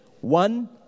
one